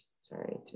sorry